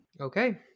Okay